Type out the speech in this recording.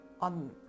On